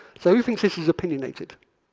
so who thinks this is opinionated?